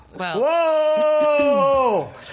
whoa